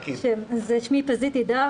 שמי פזית תדהר,